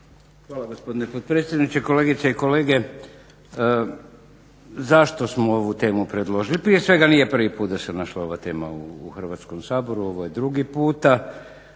Hvala gospodine potpredsjedniče, kolegice i kolege. Zašto smo ovu temu predložili? Prije svega nije prvi put da se našla ova tema u Hrvatskom saboru, ovo je drugi puta.